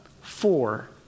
Four